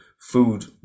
food